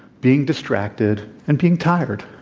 being distracted, and being tired.